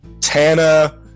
Tana